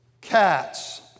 Cats